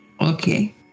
Okay